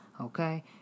okay